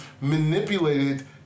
manipulated